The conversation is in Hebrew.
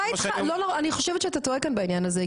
אני חושבת שאתה טועה כאן בעניין הזה,